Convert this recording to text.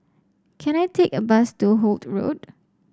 can I take a bus to Holt Road